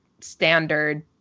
standard